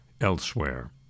elsewhere